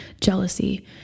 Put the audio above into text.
jealousy